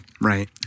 Right